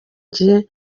gihe